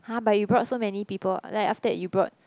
[huh] but you brought so many people like after that you brought